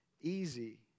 easy